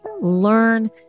learn